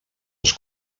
els